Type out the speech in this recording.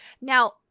now